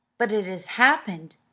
but it has happened?